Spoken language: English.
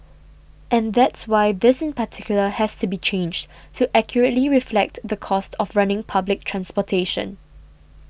and that's why this in particular has to be changed to accurately reflect the cost of running public transportation